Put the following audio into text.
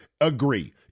agree